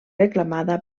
reclamada